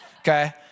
Okay